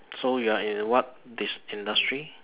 so you are in what industry